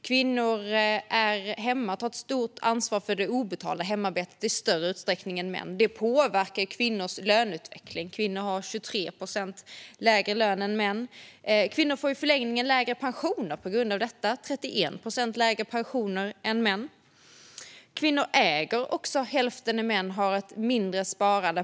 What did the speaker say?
Kvinnor tar i större utsträckning än män ansvar för det obetalda hemarbetet, vilket påverkar kvinnors löneutveckling. Kvinnor har 23 procent lägre lön än män. Kvinnor får i förlängningen också lägre pension på grund av detta, 31 procent lägre än män. Kvinnor äger också hälften så mycket som män och har ett lägre sparande.